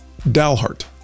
Dalhart